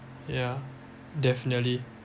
yeah definitely